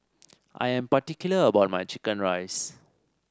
I am particular about my chicken rice